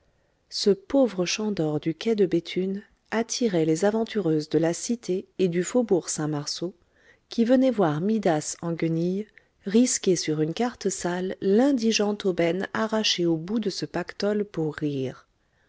ce pauvre champ d'or du quai de béthune attirait les aventureuses de la cité et du faubourg saint-marceau qui venaient voir midas en guenilles risquer sur une carte sale l'indigente aubaine arrachée aux boues de ce pactole pour rire